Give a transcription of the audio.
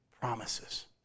promises